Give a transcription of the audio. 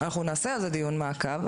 אנחנו נעשה על זה דיון מעקב,